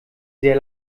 sehr